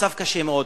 המצב קשה מאוד.